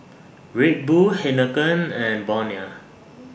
Red Bull Heinekein and Bonia